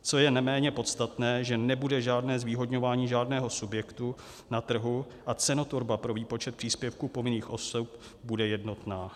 Co je neméně podstatné, že nebude zvýhodňování žádného subjektu na trhu a cenotvorba pro výpočet příspěvku povinných osob bude jednotná.